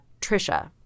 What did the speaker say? Trisha